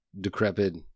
decrepit